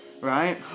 right